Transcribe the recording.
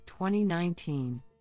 2019